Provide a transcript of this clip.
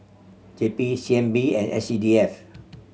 J P C N B and S C D F